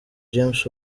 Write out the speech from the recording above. james